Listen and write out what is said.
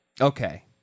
okay